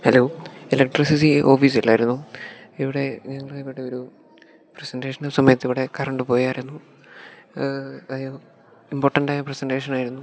hello electricity ഓഫീസല്ലായിരുന്നോ ഇവിടെ ഞങ്ങളുടെ ഇവിടെ ഒരു പ്രസൻറ്റേഷന് സമയത്ത് ഇവിടെ കറണ്ട് പോയായിരുന്നു ഇമ്പോർട്ടൻറ്റായ പ്രസൻറേഷനായിയിരുന്നു